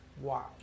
wow